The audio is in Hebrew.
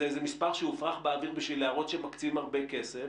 מספר שהופרח באוויר בשביל להראות שמקצים הרבה כסף